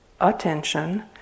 attention